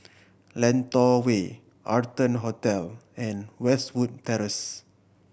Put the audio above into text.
Lentor Way Arton Hotel and Westwood Terrace